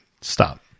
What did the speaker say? Stop